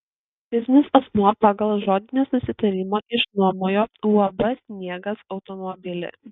fizinis asmuo pagal žodinį susitarimą išnuomojo uab sniegas automobilį